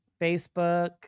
Facebook